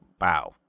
wow